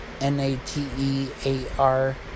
N-A-T-E-A-R